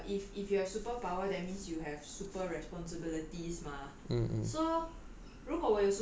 ya lah I mean err if if you have superpower that means you have super responsibilities mah